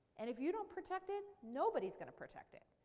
and if you don't protect it nobody's going to protect it.